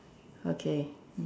okay